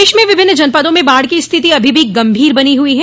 प्रदेश में विभिन्न जनपदों में बाढ़ की स्थिति अभी भी गंभीर बनी हुई है